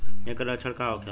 ऐकर लक्षण का होखेला?